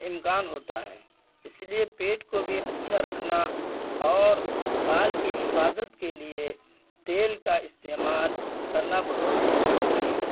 امکان ہوتا ہے اس لیے پیٹ کو بھی اچھا رکھنا اور بال کی حفاظت کے لیے تیل کا استعمال کرنا بہت ضروری ہے